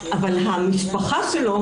אבל המשפחה שלו